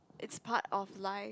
it's part of life